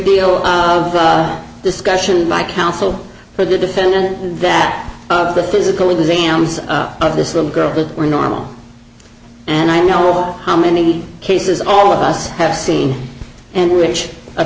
deal of discussion my counsel for the defendant that the physical exams of this little girl that were normal and i know how many cases all of us have seen and which